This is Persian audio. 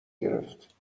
گرفت